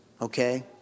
Okay